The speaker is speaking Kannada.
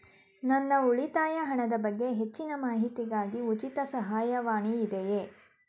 ನನ್ನ ಉಳಿತಾಯ ಹಣದ ಬಗ್ಗೆ ಹೆಚ್ಚಿನ ಮಾಹಿತಿಗಾಗಿ ಉಚಿತ ಸಹಾಯವಾಣಿ ಇದೆಯೇ?